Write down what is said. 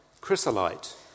chrysolite